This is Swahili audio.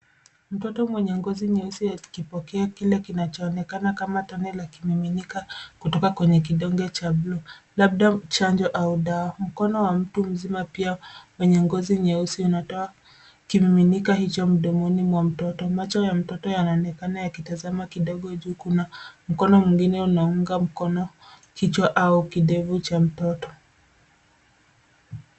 Mtoto mwenye ngozi nyeusi akipokea kile kinachoonekana kama tone la kimiminika kutoka kwenye kidonge cha bluu labda chanjo au dawa. Mkono wa mtu mzima pia wenye ngozi nyeusi unatoa kimiminika hicho mdomoni mwa mtoto. Macho ya mtoto yanaonekana yakitazama kidogo juu kuna mkono mwingine unaunga mkono kichwa au kidevu cha mtoto.